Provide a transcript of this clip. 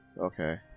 Okay